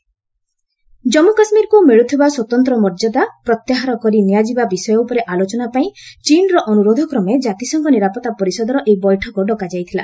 କଜ୍ମୁ କାଶ୍ମୀରକୁ ମିଳୁଥିବା ସ୍ୱତନ୍ତ ମର୍ଯ୍ୟାଦା ପ୍ରତ୍ୟାହାର କରି ନିଆଯିବା ବିଷୟ ଉପରେ ଆଲୋଚନା ପାଇଁ ଚୀନ୍ର ଅନୁରୋଧକ୍ରମେ ଜାତିସଂଘ ନିରାପତ୍ତା ପରିଷଦର ଏହି ବୈଠକ ଡକାଯାଇଥିଲା